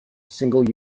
single